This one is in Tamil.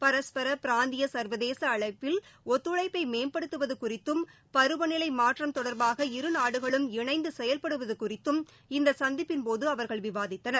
பரஸ்பர பிராந்திய சா்வதேச அளவில் ஒத்துழைப்பை மேம்படுத்துவது குறித்தும் பருவநிலை மாற்றம் தொடர்பாக இரு நாடுகளும் இணைந்து செயல்படுவது குறித்தும் இந்த சுந்திப்பின்போது அவர்கள் விவாதித்தனர்